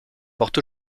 porte